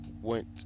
Went